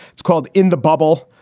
it's called in the bubble.